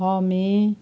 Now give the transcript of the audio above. छ मे